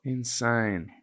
Insane